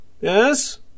Yes